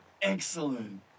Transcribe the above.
Excellent